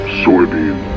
soybean